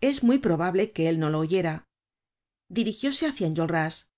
es muy probable que él no lo oyera dirigióse hácia enjolras